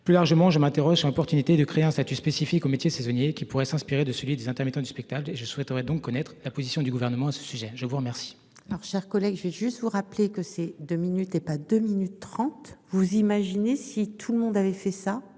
Plus largement, je m'interroge sur l'opportunité de créer un statut spécifique au métier saisonniers qui pourraient s'inspirer de celui des intermittents du spectacle. Je souhaiterais donc connaître la position du gouvernement à ce sujet, je vous remercie. Alors, chers collègues, je vais juste vous rappeler que ces deux minutes et pas 2 minutes 30. Vous imaginez si tout le monde avait fait ça à